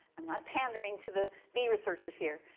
i'm not pandering to the bee researchers here,